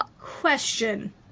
question